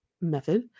method